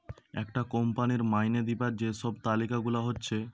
একটা কোম্পানির মাইনে দিবার যে সব তালিকা গুলা হচ্ছে